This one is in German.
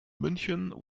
münchen